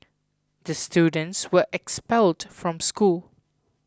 the students were expelled from school